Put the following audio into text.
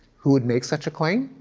who would make such a claim?